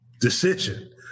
decision